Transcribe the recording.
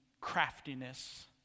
craftiness